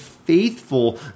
faithful